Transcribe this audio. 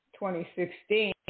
2016